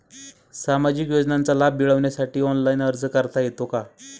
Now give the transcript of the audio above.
सामाजिक योजनांचा लाभ मिळवण्यासाठी ऑनलाइन अर्ज करता येतो का?